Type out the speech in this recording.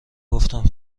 گفتم